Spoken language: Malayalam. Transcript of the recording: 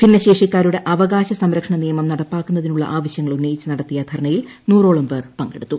ഭിന്നശേഷിക്കാരുടെ അവകാശ സംരക്ഷണ നിയമം നടപ്പാക്കുന്നതിനുള്ള ആവശ്യങ്ങൾ ഉന്നയിച്ച് നടത്തിയ ധർണ്ണയിൽ നൂറോളം പേർ പങ്കെടുത്തു